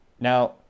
Now